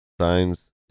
Signs